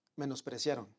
Menospreciaron